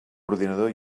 ordinador